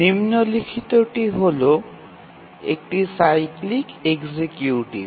নিম্নলিখিতটি হল একটি cyclic executive